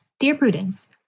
dear prudence,